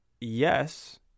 yes